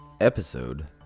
Episode